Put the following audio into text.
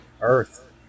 Earth